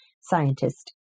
scientist